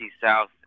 South